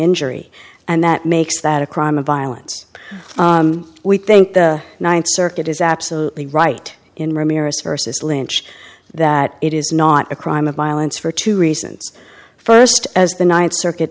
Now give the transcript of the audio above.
injury and that makes that a crime of violence we think the ninth circuit is absolutely right in ramirez versus lynch that it is not a crime of violence for two reasons first as the ninth circuit